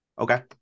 Okay